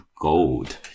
gold